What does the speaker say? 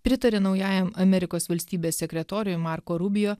pritarė naujajam amerikos valstybės sekretoriui marko rubio